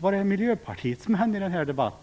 Var är Miljöpartiets män i den här debatten?